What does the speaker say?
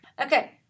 okay